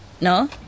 No